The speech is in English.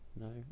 No